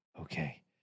Okay